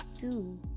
two